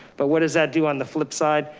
but what does that do on the flip side,